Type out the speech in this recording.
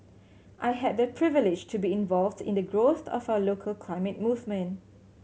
I had the privilege to be involved in the growth of our local climate movement